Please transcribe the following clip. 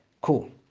Cool